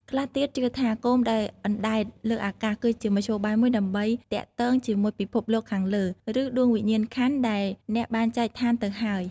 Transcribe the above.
ខ្លះទៀតជឿថា គោមដែលអណ្តែតលើអាកាស គឺជាមធ្យោបាយមួយដើម្បីទាក់ទងជាមួយពិភពលោកខាងលើ ឬដួងវិញ្ញាណក្ខន្ធអ្នកដែលបានចែកឋានទៅហើយ។